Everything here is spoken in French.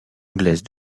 anglaise